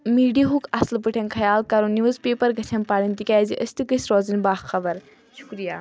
میٖڈیاہُک اَصٕل پٲٹھۍ خیال کَرُن نِوٕزپیپَر گژھن پَرٕنۍ تِکیازِ أسۍ تہِ گٔژھۍ روزٕنۍ باہ خبر شُکرِیہ